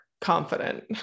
confident